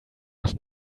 was